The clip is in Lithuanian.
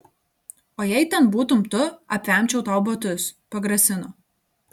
o jei ten būtum tu apvemčiau tau batus pagrasino